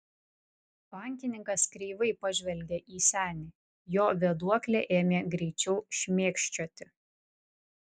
bankininkas kreivai pažvelgė į senį jo vėduoklė ėmė greičiau šmėkščioti